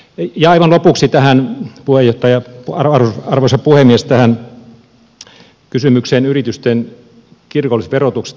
yk ja ivallatuksi tähän puhjeta ja aivan lopuksi arvoisa puhemies tähän kysymykseen yritysten kirkollisverotuksesta